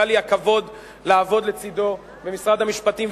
היה לי הכבוד לעבוד לצדו במשרד המשפטים,